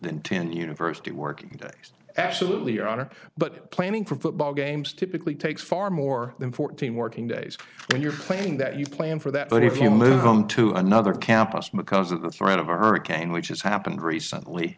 than ten university working days absolutely on it but planning for football games typically takes far more than fourteen working days when you're playing that you plan for that if you move on to another campus macaws a threat of a hurricane which has happened recently